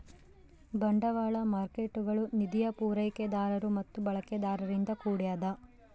ಬಂಡವಾಳ ಮಾರ್ಕೇಟ್ಗುಳು ನಿಧಿಯ ಪೂರೈಕೆದಾರರು ಮತ್ತು ಬಳಕೆದಾರರಿಂದ ಕೂಡ್ಯದ